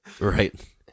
Right